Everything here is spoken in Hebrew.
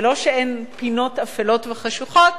ולא שאין פינות אפלות וחשוכות,